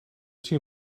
too